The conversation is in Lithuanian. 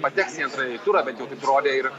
pateks į antrąjį turą bent jau taip rodė ir